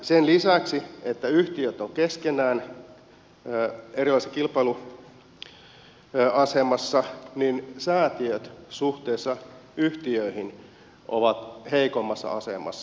sen lisäksi että yhtiöt ovat keskenään erilaisessa kilpailuasemassa säätiöt suhteessa yhtiöihin ovat heikommassa asemassa